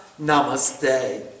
Namaste